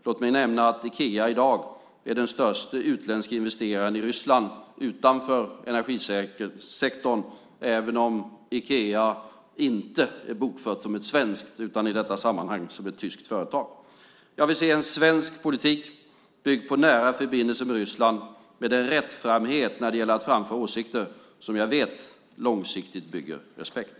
Låt mig nämna att Ikea i dag är den största utländska investeraren i Ryssland utanför energisektorn, även om Ikea i detta sammanhang är bokfört inte som ett svenskt utan som ett tyskt företag. Jag vill se en svensk politik byggd på nära förbindelser med Ryssland med den rättframhet när det gäller att framföra åsikter som jag vet långsiktigt bygger respekt.